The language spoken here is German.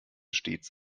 stets